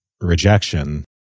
rejection